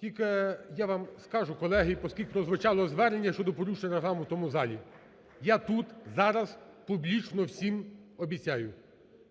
Тільки я вам скажу, колеги, поскільки прозвучало звернення щодо порушення Регламенту в цьому залі. Я тут зараз публічно всім обіцяю: